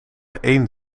één